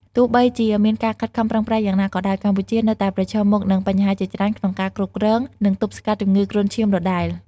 ទោះបីជាមានការខិតខំប្រឹងប្រែងយ៉ាងណាក៏ដោយ កម្ពុជានៅតែប្រឈមមុខនឹងបញ្ហាជាច្រើនក្នុងការគ្រប់គ្រង និងទប់ស្កាត់ជំងឺគ្រុនឈាមដដែល។